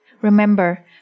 Remember